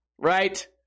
right